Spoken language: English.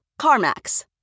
CarMax